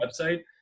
website